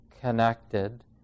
connected